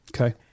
Okay